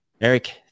Eric